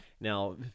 now